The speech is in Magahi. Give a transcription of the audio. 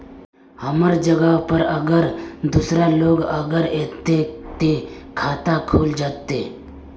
हमर जगह पर अगर दूसरा लोग अगर ऐते ते खाता खुल जते?